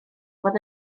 fod